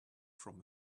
from